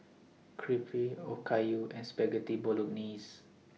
Crepe Okayu and Spaghetti Bolognese